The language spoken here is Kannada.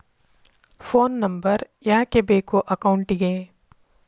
ಫೋನ್ ನಂಬರ್ ಯಾಕೆ ಬೇಕು ಅಕೌಂಟಿಗೆ?